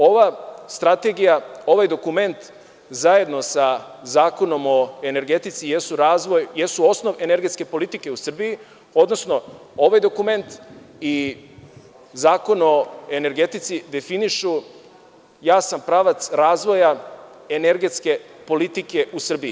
Ova Strategija, ovaj dokument zajedno sa Zakonom o energetici jesu osnov energetske politike u Srbiji, odnosno ovaj dokument i Zakon o energetici definišu jasan pravac razvoja energetske politike u Srbiji.